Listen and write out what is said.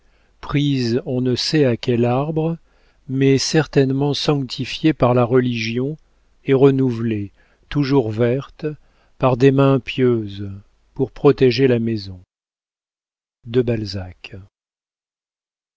prise on ne sait à quel arbre mais certainement sanctifiée par la religion et renouvelée toujours verte par des mains pieuses pour protéger la maison de balzac